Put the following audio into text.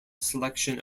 selection